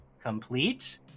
complete